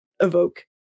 evoke